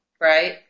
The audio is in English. Right